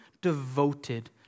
devoted